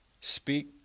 Speak